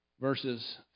verses